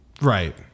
Right